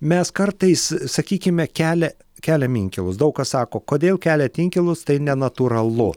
mes kartais sakykime kelia keliam inkilus daug kas sako kodėl keliat inkilus tai nenatūralu